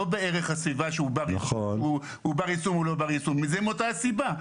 לא בערך הסביבה שהוא בר יישום או לא בר יישום וזה מאותה סיבה.